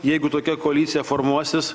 jeigu tokia koalicija formuosis